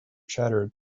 chattered